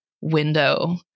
window